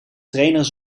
trainer